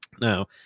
Now